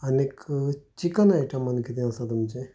आनीक चिकन आयटमान किदें आसा तुमचें